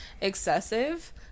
excessive